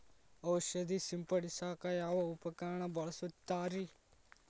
ಔಷಧಿ ಸಿಂಪಡಿಸಕ ಯಾವ ಉಪಕರಣ ಬಳಸುತ್ತಾರಿ?